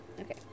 Okay